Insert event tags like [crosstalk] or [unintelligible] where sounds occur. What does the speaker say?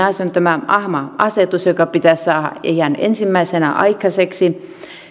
[unintelligible] asia tämä ahma asetus joka pitäisi saada ihan ensimmäiseksi aikaiseksi